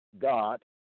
God